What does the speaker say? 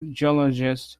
geologist